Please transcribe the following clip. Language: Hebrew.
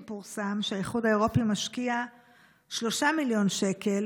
פורסם שהאיחוד האירופי משקיע 3 מיליון שקל